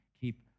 keep